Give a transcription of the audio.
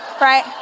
Right